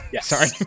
sorry